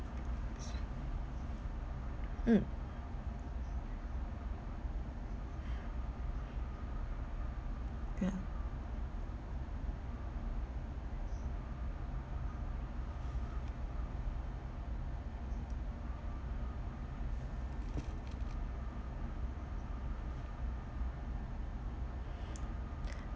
mm